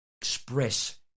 express